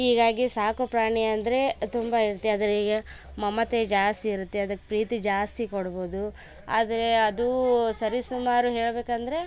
ಹೀಗಾಗಿ ಸಾಕುಪ್ರಾಣಿ ಅಂದರೆ ತುಂಬ ಇರುತ್ತೆ ಆದರೀಗ ಮಮತೆ ಜಾಸ್ತಿ ಇರುತ್ತೆ ಅದಕ್ಕೆ ಪ್ರೀತಿ ಜಾಸ್ತಿ ಕೊಡ್ಬೋದು ಆದರೆ ಅದು ಸರಿ ಸುಮಾರು ಹೇಳಬೇಕಂದ್ರೆ